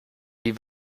wie